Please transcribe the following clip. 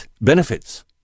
benefits